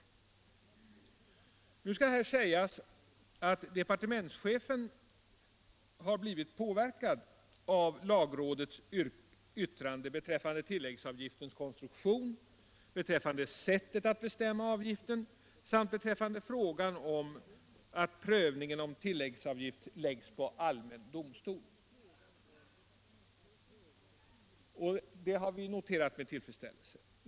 Nu skall det sägas att departementschefen blivit påverkad av lagrådets yttrande beträffande tilläggsavgiftens konstruktion, beträffande sättet att bestämma avgiften samt beträffande frågan om att prövningen om tillläggsavgift läggs på allmän domstol. Det har vi noterat med tillfredsställelse.